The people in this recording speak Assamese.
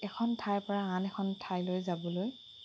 এখন ঠাইৰ পৰা আন এখন ঠাইলৈ যাবলৈ